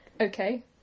Okay